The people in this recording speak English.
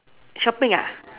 shopping ah